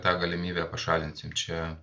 tą galimybę pašalinsim čia